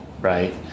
right